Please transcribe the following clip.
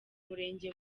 murenge